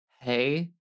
hey